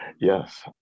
Yes